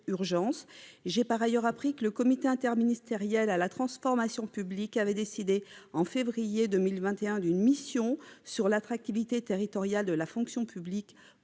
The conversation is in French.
J'ai par ailleurs appris que le comité interministériel de la transformation publique avait décidé, en février 2021, d'une mission sur l'attractivité territoriale de la fonction publique prenant